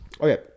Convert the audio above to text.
Okay